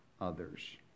others